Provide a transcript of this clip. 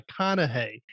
McConaughey